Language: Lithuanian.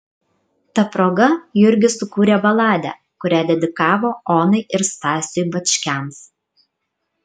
ta proga jurgis sukūrė baladę kurią dedikavo onai ir stasiui bačkiams